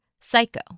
psycho